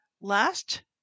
Last